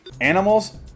Animals